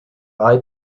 eye